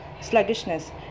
sluggishness